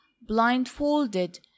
blindfolded